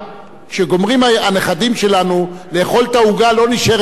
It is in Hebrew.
כשגומרים הנכדים שלנו לאכול את העוגה לא נשארת העוגה.